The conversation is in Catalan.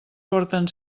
porten